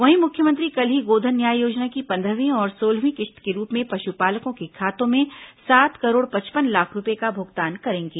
वहीं मुख्यमंत्री कल ही गोधन न्याय योजना की पंद्रहवीं और सोलहवीं किश्त के रूप में पश्पालकों के खातों में सात करोड़ पचपन लाख रूपए का भुगतान करेंगे